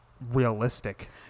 realistic